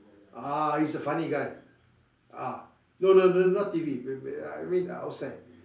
ah he's a funny guy ah no no no not T_V I mean uh outside